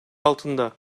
altında